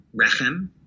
rechem